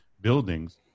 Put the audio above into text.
buildings